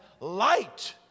light